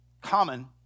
common